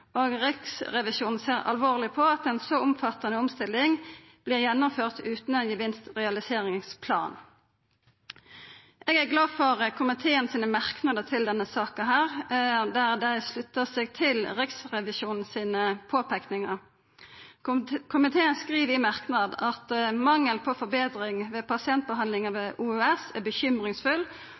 og Riksrevisjonen ser alvorleg på at ei så omfattande omstilling blir gjennomførd utan ein gevinstrealiseringsplan. Eg er glad for komiteen sine merknadar til denne saka, der ein sluttar seg til påpeikingane frå Riksrevisjonen. Komiteen skriv i merknad at «mangelen på forbedring i pasientbehandlingen ved OUS er bekymringsfull